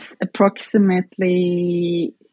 approximately